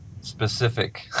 specific